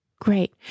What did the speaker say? great